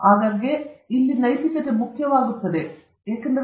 ಮತ್ತು ಆಗಾಗ್ಗೆ ನಾವು ಇಲ್ಲಿ ನೈತಿಕತೆ ಮುಖ್ಯವಾಗುತ್ತದೆ ಎಂದು ನೋಡಬಹುದು